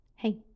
Hey